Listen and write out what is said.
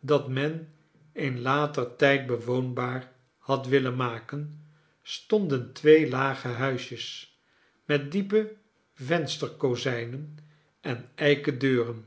dat men in later tijd bewoonbaar had willen maken stonden twee lage huisjes met diepe vensterkozijnen en eiken deuren